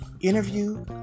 Interview